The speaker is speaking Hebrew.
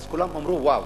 אז כולם אמרו: וואו,